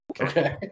Okay